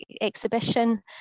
exhibition